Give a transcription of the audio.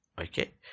Okay